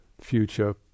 future